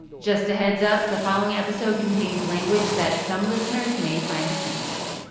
just a heads up, the following episode contains language that some listeners may find offensive